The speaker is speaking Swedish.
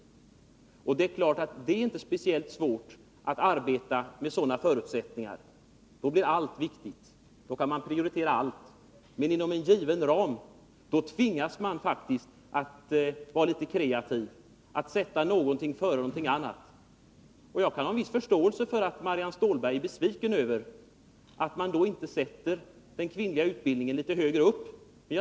Det är klart att det inte är speciellt svårt att arbeta under sådana förutsättningar. Då blir allt viktigt. Då kan man prioritera allt. Men inom en given ram tvingas man faktiskt att vara litet kreativ, att sätta något före något annat. Jag kan ha en viss förståelse för att Marianne Stålberg är besviken över att AMS inte ger den kvinnliga utbildningen en högre prioritet.